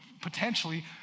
potentially